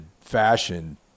fashion